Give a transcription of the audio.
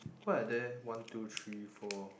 why are there one two three four